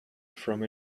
from